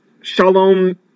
Shalom